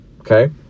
okay